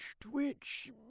twitch